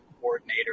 coordinator